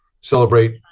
celebrate